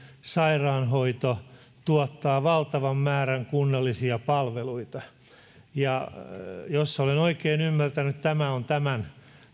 sairaanhoito tuottaa valtavan määrän kunnallisia palveluita jos olen oikein ymmärtänyt tämä on tämän